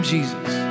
Jesus